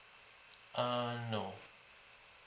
err no